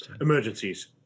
Emergencies